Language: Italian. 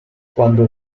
quando